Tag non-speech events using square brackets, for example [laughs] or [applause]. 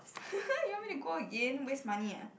[laughs] you want me to go again waste money ah